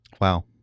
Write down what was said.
Wow